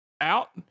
out